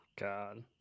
God